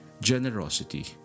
generosity